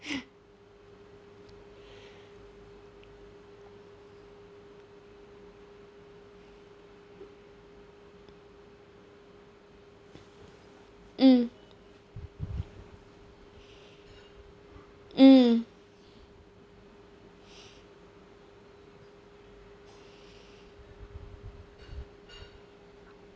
mm mm